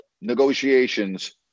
negotiations